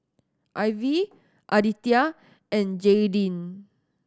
Ivy Aditya and Jaydin